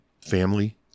family